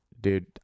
Dude